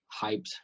hyped